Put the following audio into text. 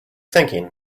thinking